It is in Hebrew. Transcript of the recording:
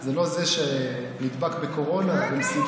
זה לא זה שנדבק בקורונה במסיבה?